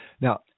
Now